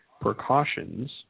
precautions